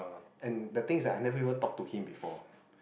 and the thing is I never ever talked to him before